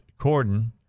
Corden